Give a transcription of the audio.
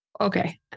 Okay